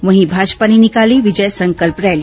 वहीं भाजपा ने निकाली विजय संकल्प रैली